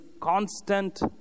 constant